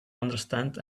understand